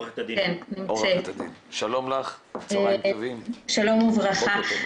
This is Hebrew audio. שלום וברכה.